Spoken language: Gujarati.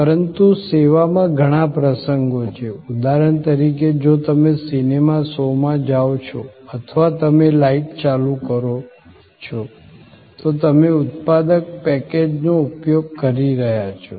પરંતુ સેવામાં ઘણા પ્રસંગો છે ઉદાહરણ તરીકે જો તમે સિનેમા શોમાં જાઓ છો અથવા તમે તમારી લાઇટ ચાલુ કરો છો તો તમે ઉત્પાદક પેકેજનો ઉપયોગ કરી રહ્યાં છો